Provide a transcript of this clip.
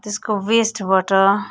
त्यसको वेस्टबाट